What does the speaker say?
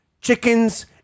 chickens